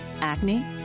Acne